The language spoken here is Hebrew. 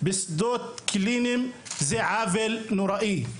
בשדות קליניים היא עוול נוראי.